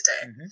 today